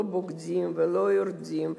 לא בוגדים ולא יורדים.